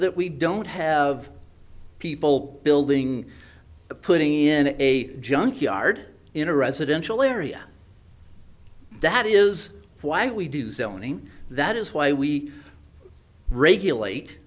that we don't have people building putting in a junkyard in a residential area that is why we do zoning that is why we regulate